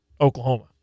Oklahoma